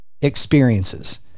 experiences